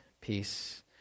peace